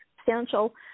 substantial